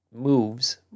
moves